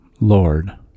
Lord